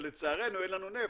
לצערנו אין לנו נפט,